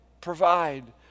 provide